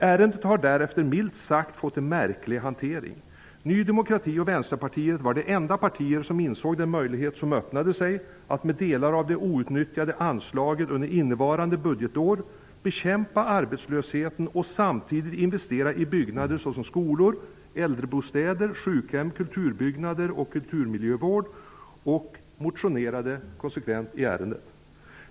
Ärendet har därefter fått en milt sagt märklig hantering. Ny demokrati och Vänsterpartiet var de enda partier som insåg den möjlighet som öppnade sig. Med delar av det outnyttjande anslaget för innevarande budgetår skulle man kunna bekämpa arbetslösheten och samtidigt investera i byggnader såsom skolor, äldrebostäder, sjukhem, kulturbyggnader och kulturmiljövård. Vi motionerade konsekvent i ärendet.